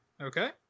Okay